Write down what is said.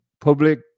Public